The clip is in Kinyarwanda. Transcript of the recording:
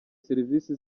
serivisi